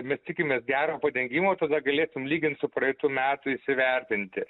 mes tikimės gero padengimo tada galėtum lygint su praeitų metų įsivertinti